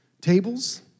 tables